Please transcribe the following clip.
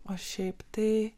o šiaip tai